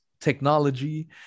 technology